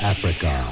Africa